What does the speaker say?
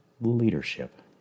leadership